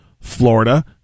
Florida